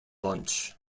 lunch